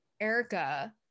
Erica